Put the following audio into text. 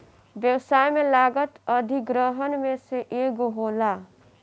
व्यवसाय में लागत अधिग्रहण में से एगो होला